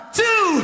two